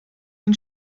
den